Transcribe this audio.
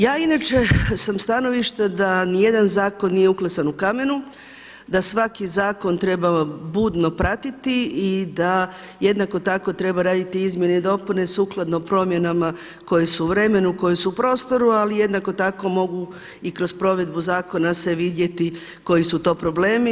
Ja inače sam stanovišta da ni jedan zakon nije uklesan u kamenu, da svaki zakon treba budno pratiti i da jednako tako treba raditi izmjene i dopune sukladno promjenama koje su u vremenu, koje su u prostoru ali jednako tako mogu i kroz provedbu zakona se vidjeti koji su to problemi.